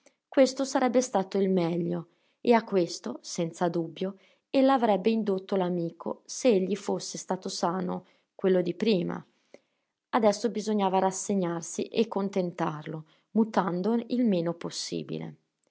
questo sarebbe stato il meglio e a questo senza dubbio ella avrebbe indotto l'amico se egli fosse stato sano quello di prima adesso bisognava rassegnarsi e contentarlo mutando il meno possibile